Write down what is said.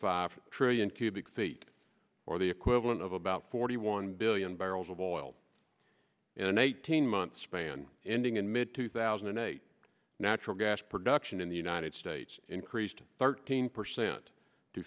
five trillion cubic feet or the equivalent of about forty one billion barrels of oil in an eighteen month span ending in mid two thousand and eight natural gas production in the united states increased thirteen percent